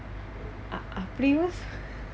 ah ah அப்பிடியே:appidiyaae